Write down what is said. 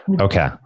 Okay